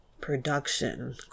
production